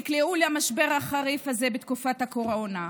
שנקלעו למשבר החריף הזה בתקופת הקורונה.